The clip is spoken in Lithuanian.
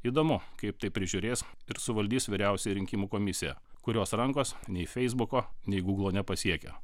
įdomu kaip tai prižiūrės ir suvaldys vyriausioji rinkimų komisija kurios rankos nei feisbuko nei guglo nepasiekia